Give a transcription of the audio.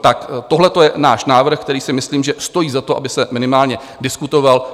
Tak tohle to je náš návrh, který si myslím, že stojí za to, aby se minimálně diskutoval.